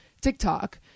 TikTok